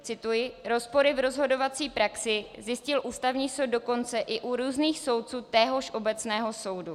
Cituji: Rozpory v rozhodovací praxi zjistil Ústavní soud dokonce i u různých soudců téhož obecného soudu.